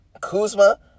Kuzma